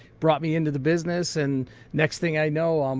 brought me into the business. and next thing i know, um